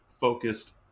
focused